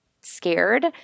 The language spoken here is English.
scared